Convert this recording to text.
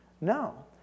No